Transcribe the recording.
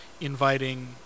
inviting